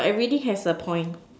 but it really have a point